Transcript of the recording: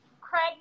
Craig